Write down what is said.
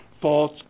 false